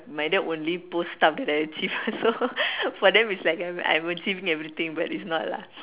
my dad will leave posts up that I achieve also for them it's like I'm achieving everything but it's not lah